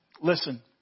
listen